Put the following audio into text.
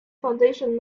foundation